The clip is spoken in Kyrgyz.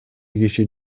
киши